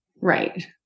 Right